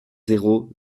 zéro